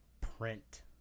Print